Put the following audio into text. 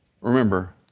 Remember